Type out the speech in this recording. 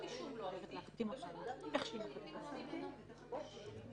כי בסופו של דבר הוא יצטרך התמחות בכל